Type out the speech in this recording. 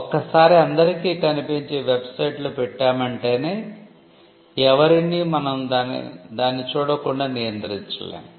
ఒక్క సారి అందరికి కనిపించే వెబ్సైటు లో పెట్టామంటేనే ఎవరిని మనం దాన్ని చూడకుండా నియంత్రించలేము